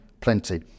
plenty